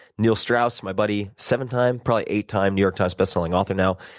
neil strauss, my buddy, seven-time probably-eight time new york times bestselling author now.